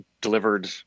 delivered